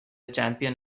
champion